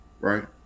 Right